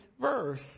Verse